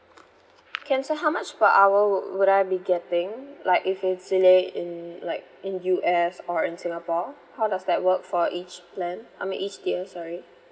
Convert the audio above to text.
can so how much per hour would would I be getting like if it's delay in like in U_S or in singapore how does that work for each plan I mean each tier sorry